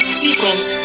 sequence